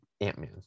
Ant-Man